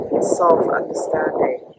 self-understanding